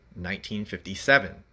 1957